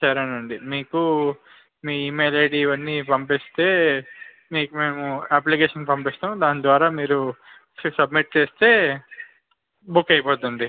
సరేనండి మీకు మీ ఈమెయిల్ ఐడి ఇవన్నీ పంపిస్తే మీకు మేము అప్లికేషన్ పంపిస్తాం దాని ద్వారా మీరు సబ్మిట్ చేస్తే బుక్ అయిపోతుందండి